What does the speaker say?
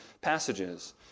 passages